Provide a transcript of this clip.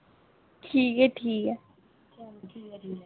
ठीक ऐ ठीक ऐ